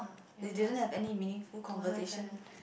you didn't have any meaningful conversation